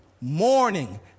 morning